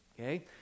Okay